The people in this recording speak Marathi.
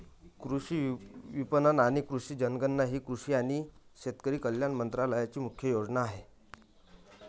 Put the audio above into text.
कृषी विपणन आणि कृषी जनगणना ही कृषी आणि शेतकरी कल्याण मंत्रालयाची मुख्य योजना आहे